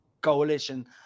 coalition